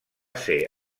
ser